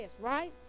right